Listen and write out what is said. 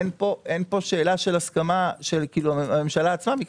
אין פה שאלה של הסכמה של הממשלה עצמה.